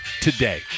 today